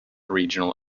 regional